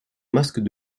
masque